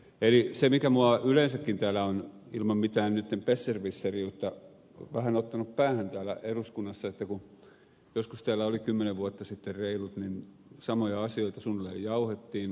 eli se mikä minua yleensäkin täällä on ilman mitään nytten besserwisseriyttä vähän ottanut päähän täällä eduskunnassa että kun joskus täällä olin kymmenen vuotta sitten reilut niin samoja asioita suunnilleen jauhettiin